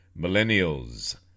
Millennials